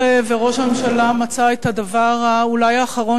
מאחר שראש הממשלה מצא את הדבר אולי האחרון